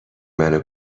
منو